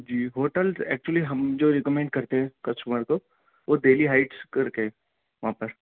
جی hotel actually ہم جو recommend کرتے ہیں کسٹمر کو وہ ڈیلی ہائٹز کر کے ہے وہاں پر